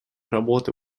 работы